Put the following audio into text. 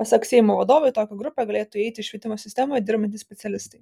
pasak seimo vadovo į tokią grupę galėtų įeiti švietimo sistemoje dirbantys specialistai